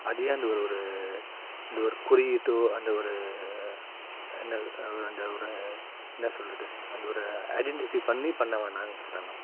அது என் அந்த ஒரு ஒரு அந்த ஒரு குறியீட்டோ அந்த ஒரு என்ன ஒரு அந்த ஒரு என்ன சொல்லுறது அந்த ஒரு ஐடென்டிஃபை பண்ணி பண்ண வேணாம்னு சொல்லுறேன்